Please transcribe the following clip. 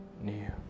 new